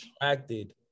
attracted